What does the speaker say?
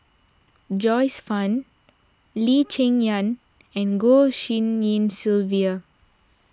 Joyce Fan Lee Cheng Yan and Goh Tshin En Sylvia